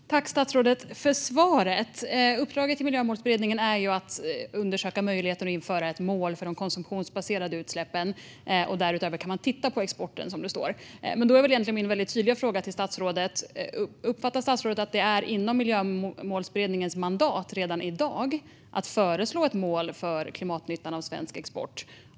Fru talman! Tack, statsrådet, för svaret! Uppdraget till Miljömålsberedningen är att man ska undersöka möjligheten att införa ett mål för de konsumtionsbaserade utsläppen. Därutöver kan man titta på exporten, som det står. Då är min väldigt tydliga fråga till statsrådet: Uppfattar statsrådet att det redan i dag är inom Miljömålsberedningens mandat att föreslå ett mål för klimatnyttan av svensk export?